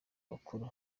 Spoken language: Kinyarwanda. bakuru